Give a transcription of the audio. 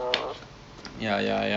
mana boon keng is it